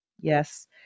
Yes